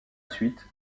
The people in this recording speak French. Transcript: suite